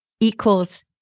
Equals